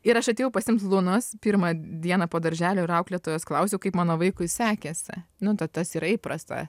ir aš atėjau pasiimt lunos pirmą dieną po darželio ir auklėtojos klausiau kaip mano vaikui sekėsi nu ta tas yra įprasta